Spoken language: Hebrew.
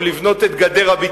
או לבנות את גדר הביטחון,